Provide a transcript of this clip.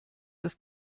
ist